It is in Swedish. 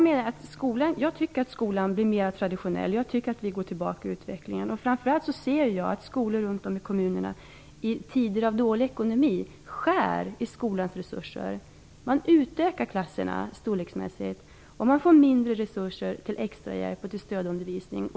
Herr talman! Jag tycker att skolan blir mer traditionell och att vi går tillbaka i utvecklingen. Framför allt ser jag att skolor runt om i kommunerna i tider av dålig ekonomi skär i skolans resurser. Man utökar klasserna storleksmässigt, och man ger mindre resurser till extrahjälp och stödundervisning.